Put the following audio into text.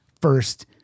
first